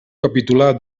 capitular